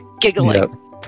giggling